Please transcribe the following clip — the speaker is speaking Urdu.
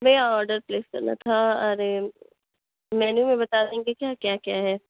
نہیں آڈر پلیس کرنا تھا ارے مینو میں بتادیں گے کہ کیا کیا ہے